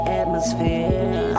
atmosphere